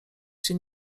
się